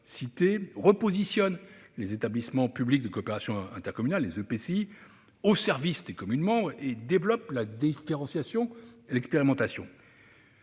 loi 3DS repositionnent les établissements publics de coopération intercommunale (EPCI) au service de leurs communes membres et développent la différenciation et l'expérimentation.